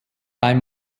bei